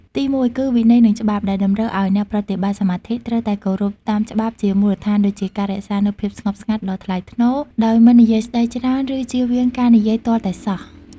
ទីមួយគឺ វិន័យ និងច្បាប់ ដែលតម្រូវឱ្យអ្នកប្រតិបត្តិសមាធិត្រូវតែគោរពតាមច្បាប់ជាមូលដ្ឋានដូចជា ការរក្សានូវ ភាពស្ងប់ស្ងាត់ដ៏ថ្លៃថ្នូរ ដោយមិននិយាយស្តីច្រើនឬជៀសវាងការនិយាយទាល់តែសោះ។